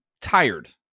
tired